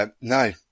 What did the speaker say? No